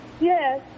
Yes